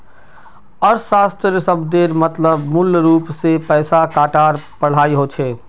अर्थशाश्त्र शब्देर मतलब मूलरूप से पैसा टकार पढ़ाई होचे